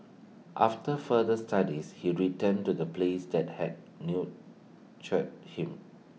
after further studies he returned to the place that had nurtured him